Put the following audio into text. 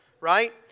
right